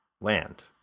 land